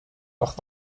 auch